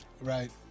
Right